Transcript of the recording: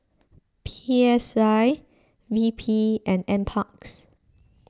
P S I V P and NParks